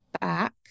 back